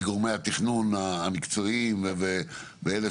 כי גורמי התכנון המקצועיים ואלה